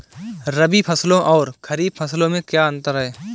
रबी फसलों और खरीफ फसलों में क्या अंतर है?